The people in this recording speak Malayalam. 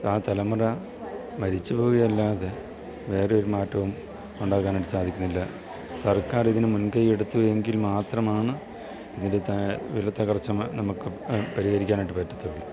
ആ തലമുറ മരിച്ചു പോകുകയല്ലാതെ വേറൊരു മാറ്റവും ഉണ്ടാക്കാനായിട്ട് സാധിക്കുന്നില്ല സർക്കാരിതിന് മുൻകൈ എടുത്ത് എങ്കിൽ മാത്രമാണ് ഇതിൻ്റെ വിലത്തകർച്ച നമുക്ക് പരിഹരിക്കാനായിട്ട് പറ്റത്തുള്ളൂ